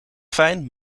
fijn